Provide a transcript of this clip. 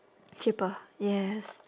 cheaper yes